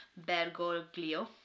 Bergoglio